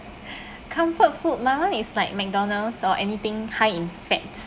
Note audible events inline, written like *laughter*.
*breath* comfort food my [one] is like mcdonald's or anything high in fat